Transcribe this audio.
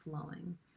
flowing